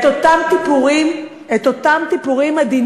את אותם תיפורים עדינים,